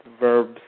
verbs